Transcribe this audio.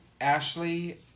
Ashley